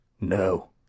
no